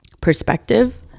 perspective